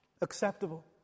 acceptable